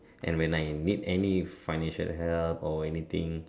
and when I need any financial help or anything